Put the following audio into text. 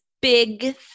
big